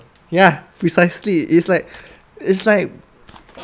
ya precisely it's like it's like